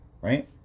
right